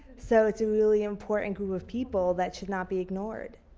so it's a really important group of people that should not be ignored.